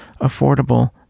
affordable